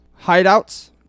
hideouts